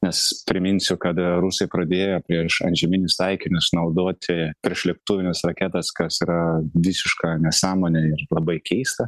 nes priminsiu kad rusai pradėjo prieš antžeminius taikinius naudoti priešlėktuvines raketas kas yra visiška nesąmonė ir labai keista